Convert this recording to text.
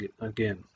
again